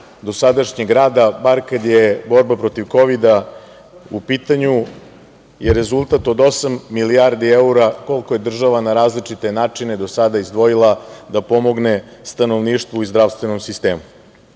dosadašnjeg rada bar kada je borba protiv kovida u pitanju je rezultat od osam milijardi evra koliko je država na različite načine do sada izdvojila da pomogne stanovništvu i zdravstvenom sistemu.